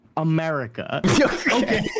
america